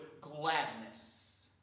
gladness